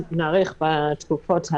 נאריך בתקופות האלה,